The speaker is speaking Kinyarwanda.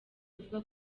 bivugwa